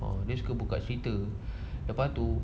ah dia suka buka cerita lepas tu